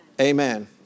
Amen